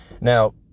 Now